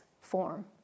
form